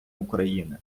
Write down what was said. україни